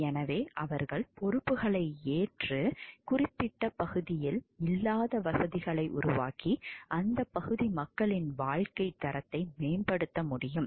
எனவே அவர்கள் பொறுப்புகளை ஏற்று குறிப்பிட்ட பகுதியில் இல்லாத வசதிகளை உருவாக்கி அந்தப் பகுதி மக்களின் வாழ்க்கைத் தரத்தை மேம்படுத்த முடியும்